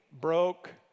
Broke